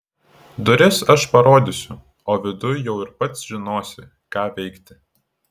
duris aš parodysiu o viduj jau ir pats žinosi ką veikti